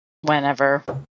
whenever